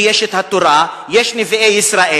כי יש התורה, יש נביאי ישראל.